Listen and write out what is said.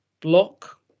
block